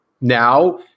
now –